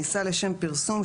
כניסה לשם פרסום,